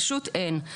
פשוט אין.